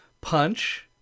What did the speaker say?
punch